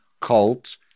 cult